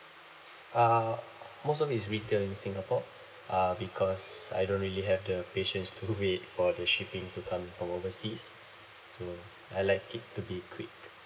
uh most of it is retail in singapore uh because I don't really have the patience to wait for the shipping to coming from overseas so I like it to be quick